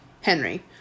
Henry